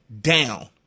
down